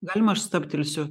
galima aš stabtelsiu